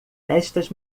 estas